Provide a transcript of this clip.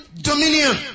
dominion